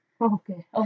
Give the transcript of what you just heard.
Okay